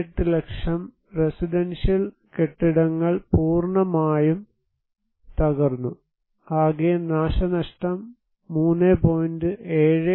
28 ലക്ഷം റെസിഡൻഷ്യൽ കെട്ടിടങ്ങൾ പൂർണമായും തകർന്നു ആകെ നാശനഷ്ടം 3